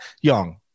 young